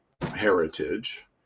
heritage